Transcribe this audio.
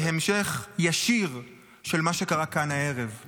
זה המשך ישיר של מה שקרה כאן הערב.